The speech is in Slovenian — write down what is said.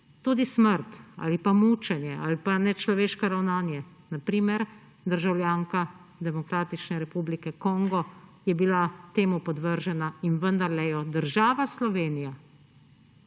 tudi smrt, ali pa mučenje, ali pa nečloveško ravnanje. Na primer, državljanka Demokratične republike Kongo je bila temu podvržena in vendarle jo država Slovenija